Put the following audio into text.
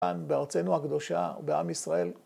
‫כאן בארצנו הקדושה ובעם ישראל.